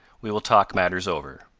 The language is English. we will talk matters over.